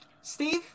Steve